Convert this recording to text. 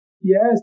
yes